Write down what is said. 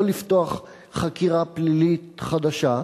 לא לפתוח חקירה פלילית חדשה,